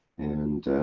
and.